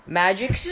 magic